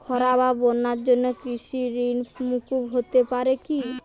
খরা বা বন্যার জন্য কৃষিঋণ মূকুপ হতে পারে কি?